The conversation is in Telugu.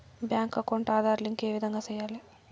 బ్యాంకు అకౌంట్ ఆధార్ లింకు ఏ విధంగా సెయ్యాలి?